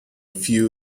few